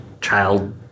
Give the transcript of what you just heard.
child